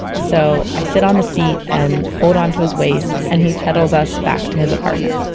so i sit on the seat and hold on to his waist and he pedals us back to his apartment